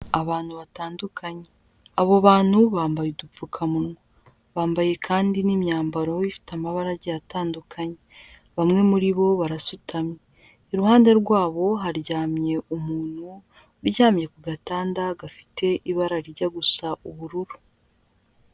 Abantu batandukanye, abo bantu bambaye udupfukamunwa, bambaye kandi n'imyambaro ifite amabarage atandukanye, bamwe muri bo barasutamye, iruhande rwabo haryamye umuntu uryamye ku gatanda gafite ibara rijya gusa ubururu.